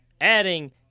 adding